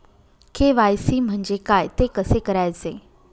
KYC म्हणजे काय? ते कसे करायचे?